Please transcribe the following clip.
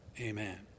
amen